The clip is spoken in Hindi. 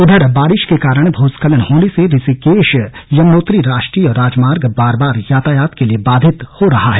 उधर बारिश के कारण भूस्खलन होने से ऋषिकेश यमुनोत्री राष्ट्रीय राजमार्ग बार बार यातायात के लिए बाधित हो रहा है